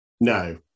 No